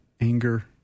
anger